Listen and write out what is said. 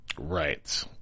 Right